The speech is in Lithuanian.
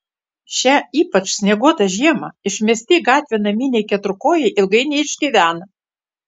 šią ypač snieguotą žiemą išmesti į gatvę naminiai keturkojai ilgai neišgyvena